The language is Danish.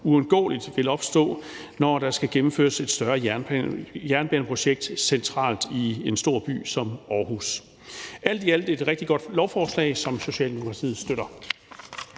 uundgåeligt vil opstå, når der skal gennemføres et større jernbaneprojekt centralt i en stor by som Aarhus. Alt i alt er det et rigtig godt lovforslag, som Socialdemokratiet støtter.